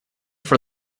for